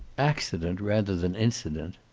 accident, rather than incident.